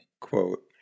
quote